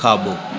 खाॿो